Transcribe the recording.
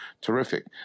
Terrific